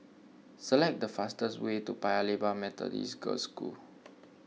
Select the fastest way to Paya Lebar Methodist Girls' School